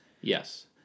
Yes